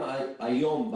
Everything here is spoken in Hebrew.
גם היום,